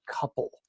couple